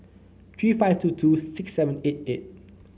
three five two two six seven eight eight